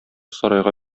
сарайга